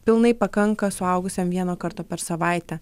pilnai pakanka suaugusiam vieno karto per savaitę